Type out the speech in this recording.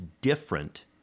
different